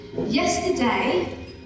Yesterday